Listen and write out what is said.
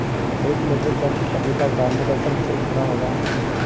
एक metric ton पपीता उतारने का श्रम शुल्क कितना होगा?